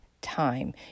time